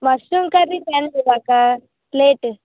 mushroom curry తెండి ఒక plate